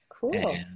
Cool